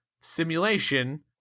simulation